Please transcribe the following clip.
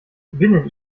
binnen